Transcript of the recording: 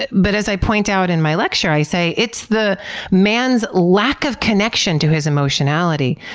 but as i pointed out in my lecture, i say it's the man's lack of connection to his emotionality,